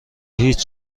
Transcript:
هیچ